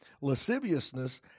Lasciviousness